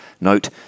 note